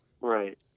Right